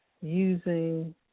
using